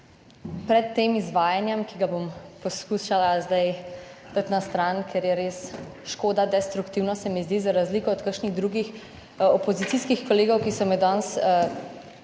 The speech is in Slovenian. Pred tem izvajanjem, ki ga bom poskušala zdaj dati na stran, ker je res škoda destruktivno, se mi zdi, za razliko od kakšnih drugih opozicijskih kolegov, ki so me danes pač